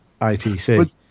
ITC